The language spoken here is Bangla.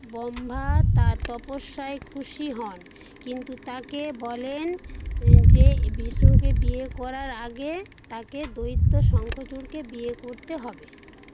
ব্রহ্মা তাঁর তপস্যায় খুশি হন কিন্তু তাঁকে বলেন যে বিষ্ণুকে বিয়ে করার আগে তাঁকে দৈত্য শঙ্খচূড়কে বিয়ে করতে হবে